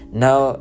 now